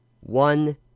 one